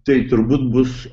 tai turbūt bus